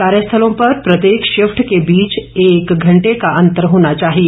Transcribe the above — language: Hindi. कार्यस्थलों पर प्रत्येक शिफ्ट के बीच एक घंटे का अंतर होना चाहिए